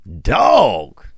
Dog